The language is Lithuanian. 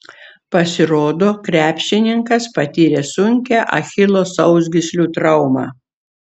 pasirodo krepšininkas patyrė sunkią achilo sausgyslių traumą